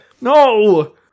No